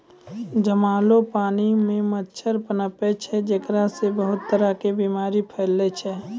जमलो पानी मॅ मच्छर पनपै छै जेकरा सॅ बहुत तरह के बीमारी फैलै छै